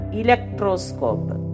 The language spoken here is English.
electroscope